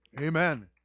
Amen